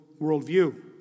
worldview